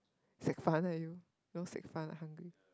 sek fan ah you know sek fan I hungry